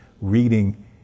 reading